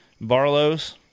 barlows